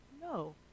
no